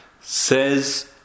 Says